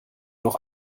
noch